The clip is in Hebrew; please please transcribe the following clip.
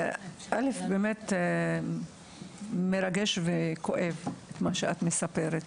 ורד, זה מרגש וכואב לשמוע את הסיפור שלך.